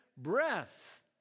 Breath